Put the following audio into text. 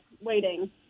waiting